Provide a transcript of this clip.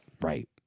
Right